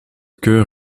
cœur